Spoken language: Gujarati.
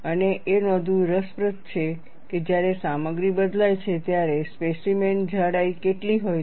અને એ નોંધવું રસપ્રદ છે કે જ્યારે સામગ્રી બદલાય છે ત્યારે સ્પેસીમેન જાડાઈ કેટલી હોય છે